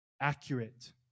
accurate